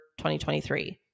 2023